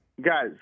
Guys